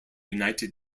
united